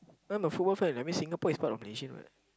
not a football fan I mean Singapore is part of Malaysia what